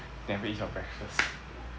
never finish your breakfast